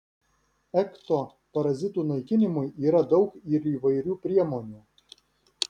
ekto parazitų naikinimui yra daug ir įvairių priemonių